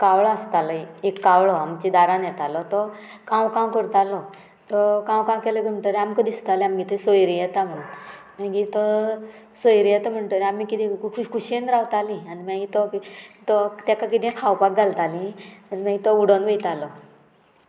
कावळो आसतालो एक कावळो आमच्या दारान येतालो तो कांव कांव करतालो तो कांव कांव केले म्हणटगीर आमकां दिसताले आमगे थंय सोयरी येता म्हणून मागीर तो सोयरे येता म्हणटोरी आमी किदें खुशयेन रावताली आनी मागीर तो ताका कितें खावपाक घालताली आनी मागीर तो उडोवन वयतालो